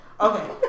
Okay